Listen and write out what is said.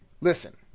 listen